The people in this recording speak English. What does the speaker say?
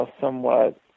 somewhat